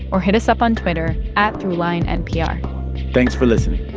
or hit us up on twitter at throughlinenpr thanks for listening